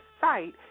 site